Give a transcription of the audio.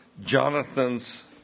Jonathan's